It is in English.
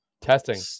testing